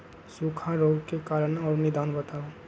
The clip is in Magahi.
सूखा रोग के कारण और निदान बताऊ?